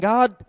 God